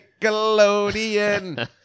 Nickelodeon